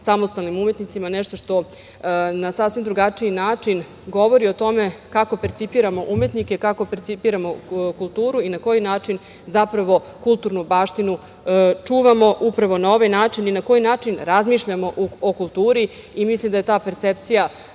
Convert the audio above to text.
samostalnim umetnicima nešto što na sasvim drugačiji način govori o tome kako percipiramo umetnike, kako percipiramo kulturu i na koji način zapravo kulturnu baštinu čuvamo, upravo na ovaj način, i na koji način razmišljamo o kulturi. Mislim da je ta percepcija